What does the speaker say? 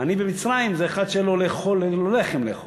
עני במצרים אין לו לאכול,